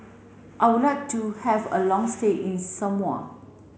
I would like to have a long stay in Samoa